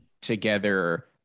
together